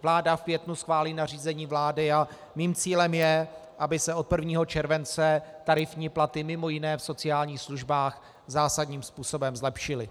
Vláda v květnu schválí nařízení vlády a mým cílem je, aby se od 1. července tarifní platy, mj. v sociálních službách, zásadním způsobem zlepšily.